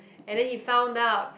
and then he found out